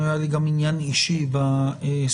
היה לי גם עניין אישי בסוגיה,